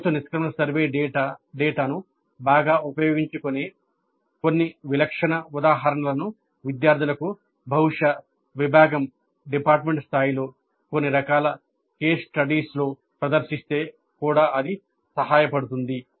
course నిష్క్రమణ survey డేటాను బాగా ఉపయోగించుకునే కొన్ని వి లక్షణ ఉదాహరణ లను విద్యార్థులకు బహుశా విభాగం స్థాయిలో కొన్ని రకాల కేస్ స్టడీస్లో ప్రదర్శిస్తే కూడా ఇది సహాయపడుతుంది